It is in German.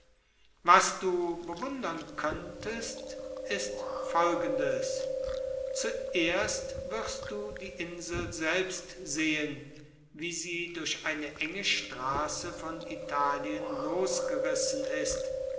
was du bewundern könntest ist folgendes zuerst wirst du die insel selbst sehen wie sie durch eine enge straße von italien losgerissen ist